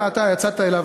אתה יצאת אליו,